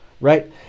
Right